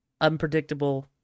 unpredictable